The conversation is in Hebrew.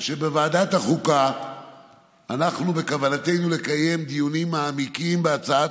שבוועדת החוקה בכוונתנו לקיים דיונים מעמיקים בהצעת